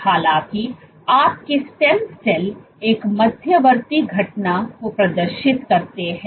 हालाँकि आपके stem cell एक मध्यवर्ती घटना को प्रदर्शित करते हैं